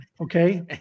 okay